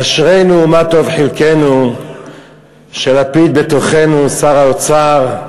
אשרינו ומה טוב חלקנו שלפיד בתוכנו שר האוצר,